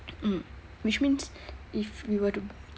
mm which means if we were to